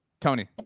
Tony